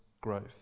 growth